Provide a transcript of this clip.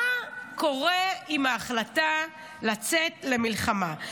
מה קורה עם ההחלטה לצאת למלחמה?